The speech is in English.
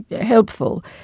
helpful